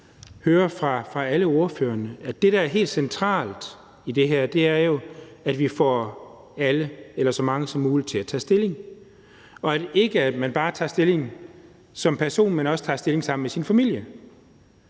hører fra alle ordførerne, er, at det, der her er det helt centrale, er, at vi får så mange som muligt til at tage stilling – og at man ikke bare som person tager stilling, men også tager stilling sammen med sin familie,